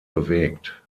bewegt